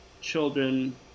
children